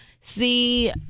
see